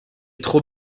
trop